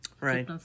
Right